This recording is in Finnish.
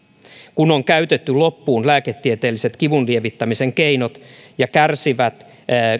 kun on käytetty loppuun lääketieteelliset kivunlievittämisen keinot ja kärsivät